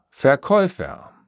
Verkäufer